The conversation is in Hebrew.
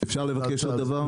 אפשר לבקש עוד דבר?